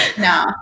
no